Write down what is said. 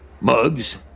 Mugs